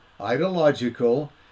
ideological